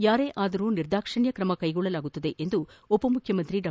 ಯಾರೇ ಆದರೂ ನಿರ್ದಾಕ್ಷಿಣ್ಯವಾಗಿ ಕ್ರಮ ಕೈಗೊಳ್ಳಲಾಗುವುದು ಎಂದು ಉಪಮುಖ್ಯಮಂತ್ರಿ ಡಾ